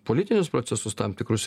politinius procesus tam tikrus